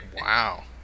Wow